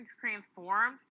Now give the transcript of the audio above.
transformed